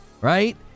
right